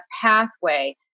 pathway